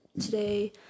today